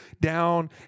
down